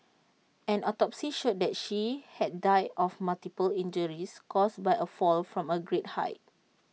an autopsy showed that she had died of multiple injuries caused by A fall from A great height